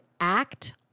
act